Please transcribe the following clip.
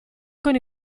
con